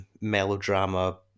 melodrama